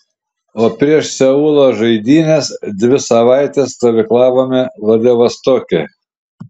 o prieš seulo žaidynes dvi savaites stovyklavome vladivostoke